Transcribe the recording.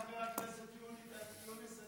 חבר הכנסת יונס,